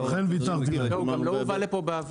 זה נושא מאוד מקצועי.